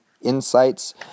insights